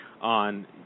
on